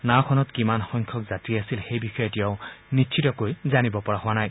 নাঁওখনত কিমান সংখ্যক যাত্ৰী আছিল সেই বিষয়ে এতিয়াও নিশ্চিত কৈ জানিব পৰা হোৱা নাই